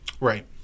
Right